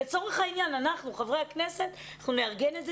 לצורך העניין אנחנו חברי הכנסת נארגן את זה